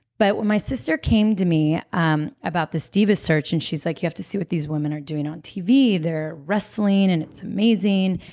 but when my sister came to me um about this diva search and she's like, you have to see what these women are doing on tv. they're wrestling, and it's amazing.